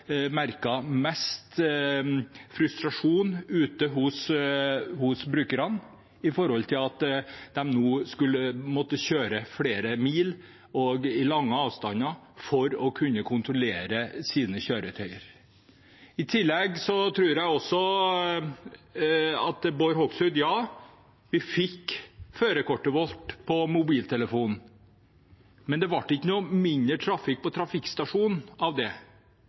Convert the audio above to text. mest frustrasjon ute hos brukerne, at de nå skulle måtte kjøre flere mil og lange avstander for å kunne kontrollere sine kjøretøy. I tillegg, til Bård Hoksrud: Ja, vi fikk førerkortet vårt på mobiltelefonen, men det ble ikke noe mindre trafikk på trafikkstasjonen av det.